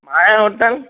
Maya hotel